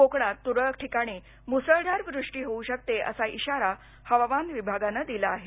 कोकणात तुरळक ठिकाणी मुसळधार वृष्टी होऊ शकते असा इशारा हवामान विभागानं दिला आहे